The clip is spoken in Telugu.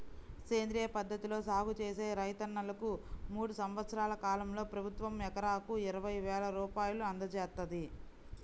సేంద్రియ పద్ధతిలో సాగు చేసే రైతన్నలకు మూడు సంవత్సరాల కాలంలో ప్రభుత్వం ఎకరాకు ఇరవై వేల రూపాయలు అందజేత్తంది